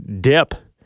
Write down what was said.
dip